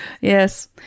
Yes